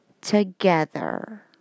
together